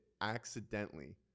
accidentally